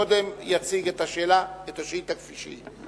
קודם יציג את השאילתא כפי שהיא.